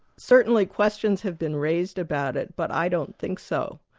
certainly questions have been raised about it, but i don't think so.